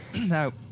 Now